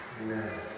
Amen